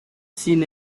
sin